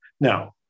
Now